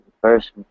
first